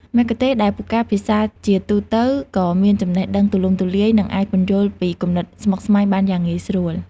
មគ្គុទ្ទេសក៍ដែលពូកែភាសាជាទូទៅក៏មាន ចំណេះដឹងទូលំទូលាយ និងអាចពន្យល់ពីគំនិតស្មុគស្មាញបានយ៉ាងងាយស្រួល។